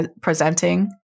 presenting